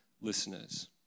listeners